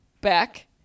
back